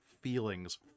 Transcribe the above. feelings